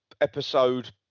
episode